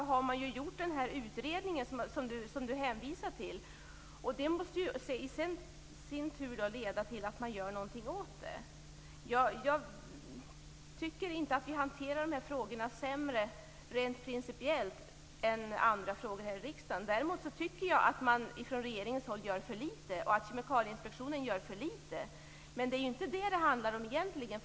Kia Andreasson hänvisar till den. Det måste i sin tur leda till att man gör någonting åt frågan. Jag tycker inte att vi hanterar dessa frågor sämre än andra frågor här i riksdagen rent principiellt. Däremot tycker jag att man från regeringens håll och från Kemikalieinspektionen gör för litet. Men det är inte det som det handlar om egentligen.